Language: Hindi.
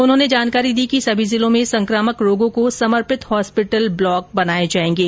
उन्होंने जानकारी दी कि सभी जिलों में संकामक रोगों को समर्पित हॉस्पिटल ब्लॉक बनाये जायेंगे